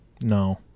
No